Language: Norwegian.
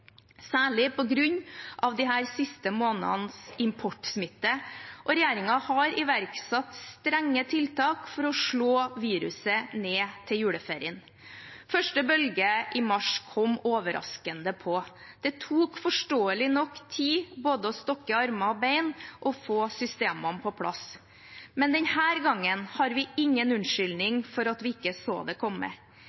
særlig på grunn av de siste månedenes importsmitte, og regjeringen har iverksatt strenge tiltak for å slå viruset ned til juleferien. Første bølge i mars kom overraskende på. Det tok forståelig nok tid både å stokke armer og bein og å få systemene på plass. Denne gangen har vi ingen